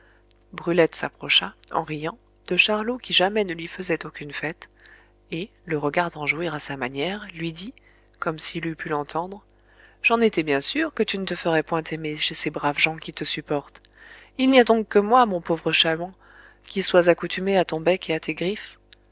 brulette s'approcha en riant de charlot qui jamais ne lui faisait aucune fête et le regardant jouer à sa manière lui dit comme s'il eût pu l'entendre j'en étais bien sûre que tu ne te ferais point aimer chez ces braves gens qui te supportent il n'y a donc que moi mon pauvre chat-huant qui sois accoutumée à ton bec et à tes griffes